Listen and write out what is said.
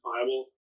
bible